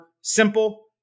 Simple